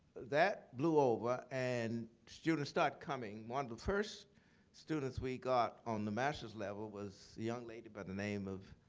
that blew over and students started coming. one of the first students we got on the masters level was the young lady by the name of